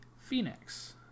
phoenix